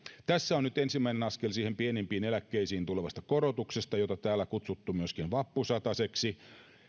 tässä on nyt ensimmäinen askel siitä pienimpiin eläkkeisiin tulevasta korotuksesta jota täällä on kutsuttu myöskin vappusataseksi